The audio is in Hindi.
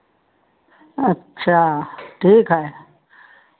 अच्छा ठीक है